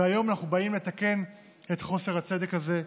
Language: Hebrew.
והיום אנחנו באים לתקן את חוסר הצדק הזה.